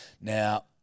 Now